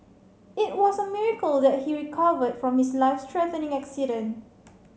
it was a miracle that he recovered from his life threatening accident